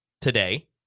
today